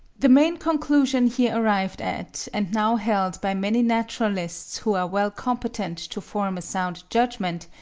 the main conclusion here arrived at, and now held by many naturalists who are well competent to form a sound judgment,